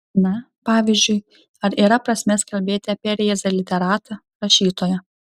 na pavyzdžiui ar yra prasmės kalbėti apie rėzą literatą rašytoją